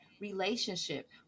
relationship